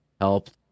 helped